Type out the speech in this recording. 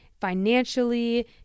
financially